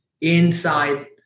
inside